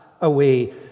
away